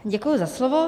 Děkuji za slovo.